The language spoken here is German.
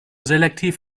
selektiv